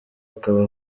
akaba